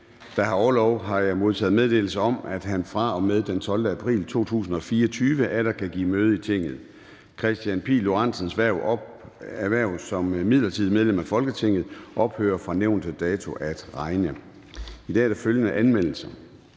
har haft orlov, har jeg modtaget meddelelse om, at han fra og med den 12. april 2024 atter kan give møde i Tinget. Kristian Pihl Lorentzens (V) hverv som midlertidigt medlem af Folketinget ophører fra nævnte dato at regne. I dag er der følgende anmeldelser: